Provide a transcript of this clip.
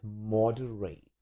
moderate